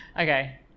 Okay